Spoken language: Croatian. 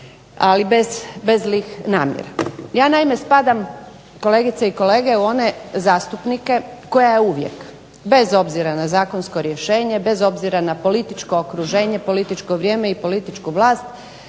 ali bez zlih namjera. Ja naime spadam, kolegice i kolege, u one zastupnike koja je uvijek bez obzira na zakonsko rješenje, bez obzira na političko okruženje, političko vrijeme i političku vlast